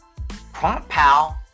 PromptPal